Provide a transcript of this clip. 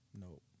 Nope